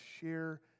share